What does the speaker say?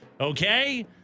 okay